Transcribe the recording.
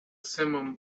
simum